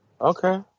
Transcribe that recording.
Okay